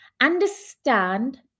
understand